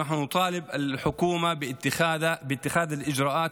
ואנחנו מבקשים מהממשלה לנקוט את הפעולות